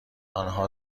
آنها